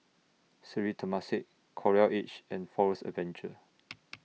Sri Temasek Coral Edge and Forest Adventure